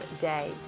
day